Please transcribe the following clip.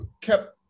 kept